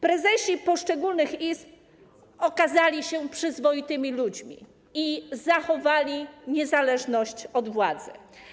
Prezesi poszczególnych izb okazali się przyzwoitymi ludźmi i zachowali niezależność od władzy.